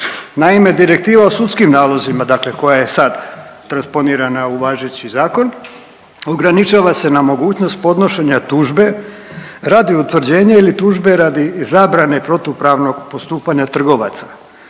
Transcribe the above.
Naime, Direktiva o sudskim nalozima dakle koja je sad transponirana u važeći zakon ograničava se na mogućnost podnošenja tužbe radi utvrđenja ili tužbe radi zabrane protupravnog postupanja trgovaca,